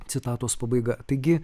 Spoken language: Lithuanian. citatos pabaiga taigi